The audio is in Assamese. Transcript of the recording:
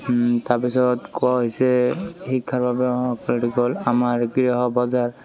তাপিছত কয় যে শিক্ষাৰ বাবে অঁ প্ৰটকল আমাৰ গৃহ বজাৰ